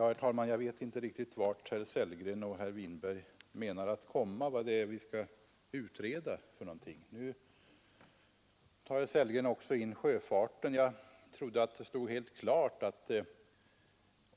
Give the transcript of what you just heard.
Herr talman! Jag vet egentligen inte riktigt vart herr Sellgren och herr Winberg avser att komma och vad det är som skall utredas. Nu tog herr Sellgren också in sjöfarten. Men jag trodde att det stod helt klart, att